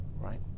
right